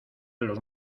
los